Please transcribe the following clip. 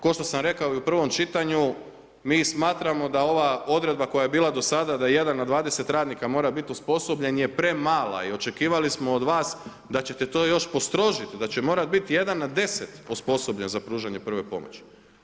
Kao što sam rekao u prvom čitanju, mi smatramo da ova odredba koja je bila do sada da 1 na 20 radnika mora biti osposobljen je premala i očekivali smo od vas da ćete to još postrožit, da će morat biti 1 na 10 osposobljen za pružanje prve pomoći.